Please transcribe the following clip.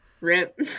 Rip